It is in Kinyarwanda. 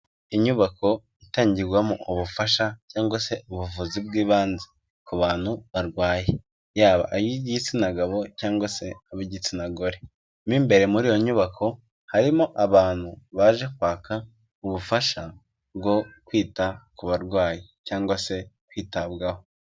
Inyubako itangirwamo ubufasha cyangwa se ubuvuzi bw'ibanze ku bantu barwaye, yaba ab'igitsina gabo cyangwa se ab'igitsina gore, mo imbere muri iyo nyubako, harimo abantu baje kwaka ubufasha bwo kwita ku barwayi cyangwa se kwitabwaho.